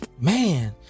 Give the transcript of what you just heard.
man